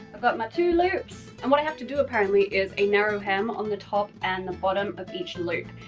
i've got my two loops and what i have to do apparently is a narrow hem on the top and the bottom of each loop.